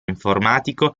informatico